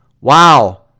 Wow